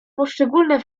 poszczególne